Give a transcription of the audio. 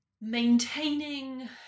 maintaining